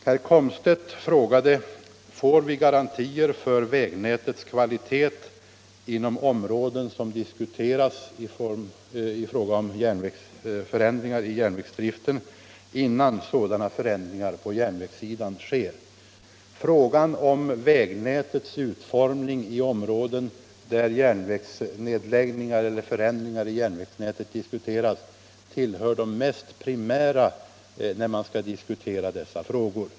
Herr Komstedt frågade: Får vi garantier för vägnätets kvalitet inom de områden förändringar i järnvägsdriften diskuteras, innan sådana förändringar sker? Frågan om järnvägsnätets utformning i områden där järnvägsnedläggelser eller förändringar i järnvägsnätet diskuteras tillhör de mest primära när man diskuterar dessa frågor.